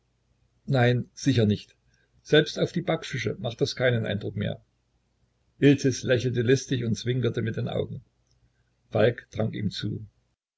nein sicher nicht selbst auf die backfische macht das keinen eindruck mehr iltis lächelte listig und zwinkerte mit den augen falk trank ihm zu